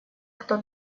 кто